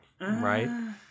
right